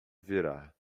virar